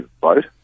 vote